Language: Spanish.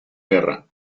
guerra